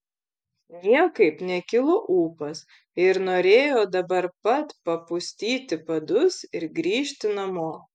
niekaip nekilo ūpas ir norėjo dabar pat papustyti padus ir grįžti namo